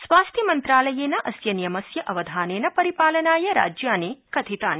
स्वास्थ्यमन्त्रालयेन अस्य नियमस्य अवधानेन परिपालनाय राज्यानि कथितानि